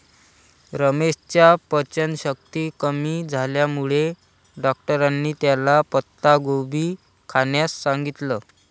रमेशच्या पचनशक्ती कमी झाल्यामुळे डॉक्टरांनी त्याला पत्ताकोबी खाण्यास सांगितलं